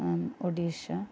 Odisha